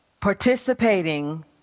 participating